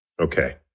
okay